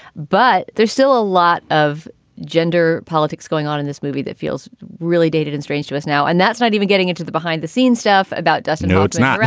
but there's still a lot of gender politics going on in this movie that feels really dated and strange to us now and that's not even getting into the behind the scenes stuff about doesn't know it's not